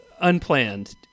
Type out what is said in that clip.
unplanned